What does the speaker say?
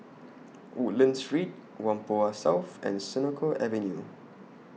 Woodlands Street Whampoa South and Senoko Avenue